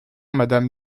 madame